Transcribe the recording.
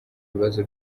bibazo